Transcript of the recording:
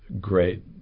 great